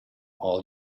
all